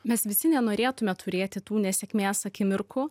mes visi nenorėtume turėti tų nesėkmės akimirkų